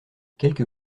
quelques